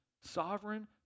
sovereign